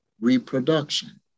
reproduction